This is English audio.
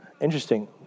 Interesting